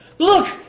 Look